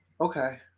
Okay